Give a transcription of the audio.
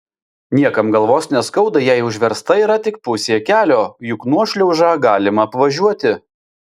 niekam galvos neskauda jei užversta yra tik pusė kelio juk nuošliaužą galima apvažiuoti